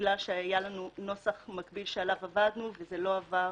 בגלל שהיה לנו נוסח מקביל שעליו עבדנו וזה לא עבר